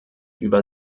über